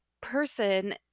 person